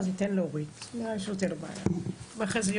בבקשה.